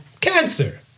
cancer